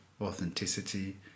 authenticity